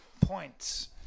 points